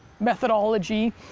methodology